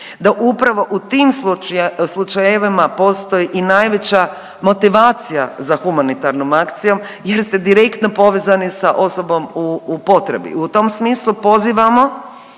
da upravo u tim slučajevima postoji i najveća motivacija za humanitarnom akcijom jer ste direktno povezani sa osobom u potrebi. I u tom smislu pozivamo